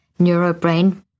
neurobrain